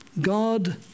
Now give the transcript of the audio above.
God